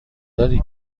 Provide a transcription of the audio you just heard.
داری